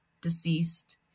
deceased